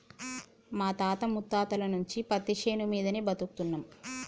మా తాత ముత్తాతల నుంచి పత్తిశేను మీదనే బతుకుతున్నం